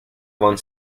von